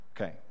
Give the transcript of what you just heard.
okay